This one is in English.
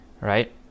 right